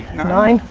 nine?